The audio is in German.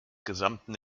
gesamten